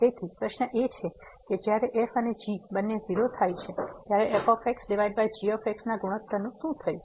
તેથી પ્રશ્ન એ છે કે જ્યારે f અને g બંને 0 થાય છે ત્યારે f g ના ગુણોત્તરનું શું થયું